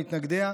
מתנגדיה.